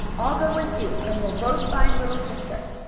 i'll go with you, and we'll both find little sister.